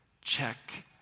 check